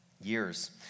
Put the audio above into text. years